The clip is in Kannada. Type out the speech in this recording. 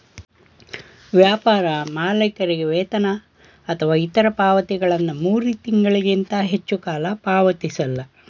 ವ್ಯಾಪಾರ ಮಾಲೀಕರಿಗೆ ವೇತನ ಅಥವಾ ಇತ್ರ ಪಾವತಿಗಳನ್ನ ಮೂರು ತಿಂಗಳಿಗಿಂತ ಹೆಚ್ಚು ಹೆಚ್ಚುಕಾಲ ಪಾವತಿಸಲ್ಲ